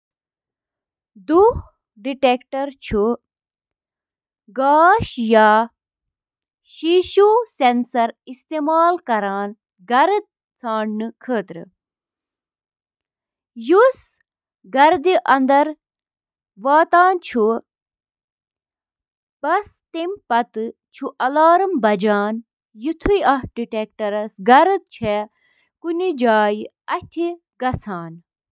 Washing machine چھِ washer کہِ ناوٕ سۭتۍ تہِ زاننہٕ یِوان سۄ مِشیٖن یۄس گنٛدٕ پَلو چھِ واتناوان۔ اَتھ منٛز چھِ اکھ بیرل یَتھ منٛز پلو چھِ تھاونہٕ یِوان۔